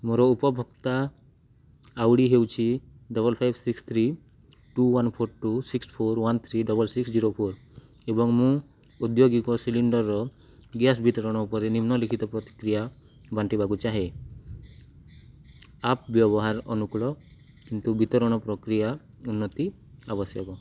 ମୋର ଉପଭୋକ୍ତା I D ହେଉଛି double five six three two one four two six four one three double six zero four ଏବଂ ମୁଁ ଔଦ୍ୟୋଗିକ ସିଲିଣ୍ଡର୍ ଗ୍ୟାସ ବିତରଣ ଉପରେ ନିମ୍ନଲିଖିତ ପ୍ରତିକ୍ରିୟା ବାଣ୍ଟିବାକୁ ଚାହେଁ ଆପ୍ ବ୍ୟବହାର ଅନୁକୂଳ କିନ୍ତୁ ବିତରଣ ପ୍ରକ୍ରିୟାରେ ଉନ୍ନତି ଆବଶ୍ୟକ